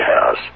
house